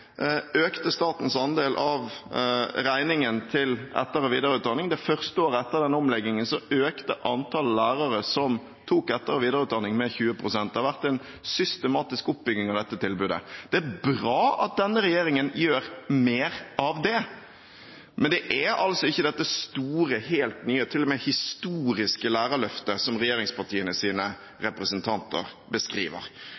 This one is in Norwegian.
økte statens andel av regningen til etter- og videreutdanning. Det første året etter den omleggingen økte antallet lærere som tok etter- og videreutdanning, med 20 pst. Det har vært en systematisk oppbygging av dette tilbudet. Det er bra at denne regjeringen gjør mer av det, men det er altså ikke dette store, helt nye, til og med historiske lærerløftet som